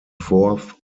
forth